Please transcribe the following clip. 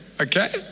okay